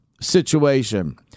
situation